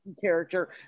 character